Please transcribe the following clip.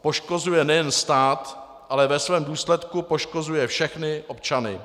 Poškozuje nejen stát, ale ve svém důsledku poškozuje všechny občany.